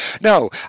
No